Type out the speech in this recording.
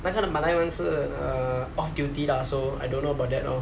那个马来人是 uh off duty lah so I don't know about that lor